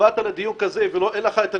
באת לדיון כזה ואין לך את הנתונים?